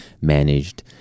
managed